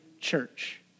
church